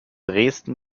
dresden